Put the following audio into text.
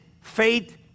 faith